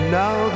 now